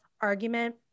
argument